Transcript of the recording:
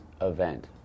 event